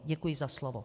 Děkuji za slovo.